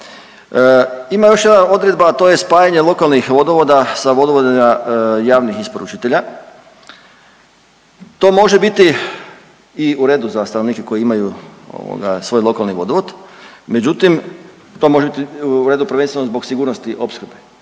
Ima još jedna odredba, a to je spajanje lokalnih vodovoda sa vodovodima javnih isporučitelja, to može biti i u redu za stanovnike koji imaju ovoga, svoj lokalni vodovod, međutim, to može biti u redu prvenstveno zbog sigurnosti opskrbe,